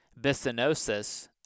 bisonosis